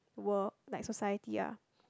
world like society ah